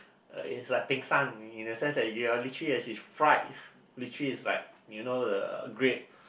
uh it's like pingsan in the sense that you are literally as it fried literally it's like you know the great